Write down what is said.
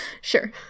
Sure